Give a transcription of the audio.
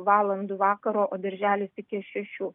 valandų vakaro o darželis iki šešių